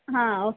ಹಾಂ ಓಕೆ